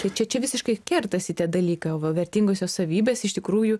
tai čia čia visiškai kertasi tie dalykai o va vertingosios savybės iš tikrųjų